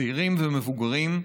צעירים ומבוגרים.